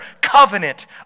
covenant